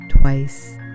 twice